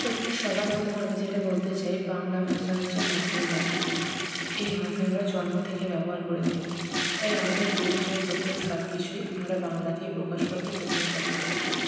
দেখুন সবার প্রথমে আমি যেটা বলতে চাই বাংলা ভাষা হচ্ছে মাতৃভাষা এই ভাষা আমরা জন্ম থেকে ব্যবহার করে থাকি তাই আমাদের পরিচয় পত্র সবকিছুই আমরা বাংলাতেই প্রকাশ করতে প্রথমে পছন্দ করি